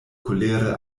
kolere